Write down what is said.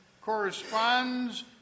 corresponds